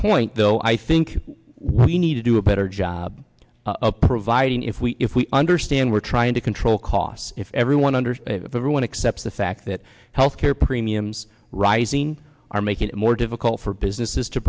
point though i think we need to do a better job of providing if we if we understand we're trying to control costs if everyone under everyone accepts the fact that health care premiums rising are making it more difficult for businesses to